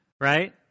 right